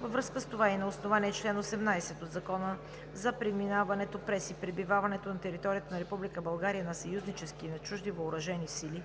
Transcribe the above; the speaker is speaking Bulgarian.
Във връзка с това и на основание чл. 18 от Закона за преминаването през и пребиваването на територията на Република България на съюзнически и на чужди въоръжени сили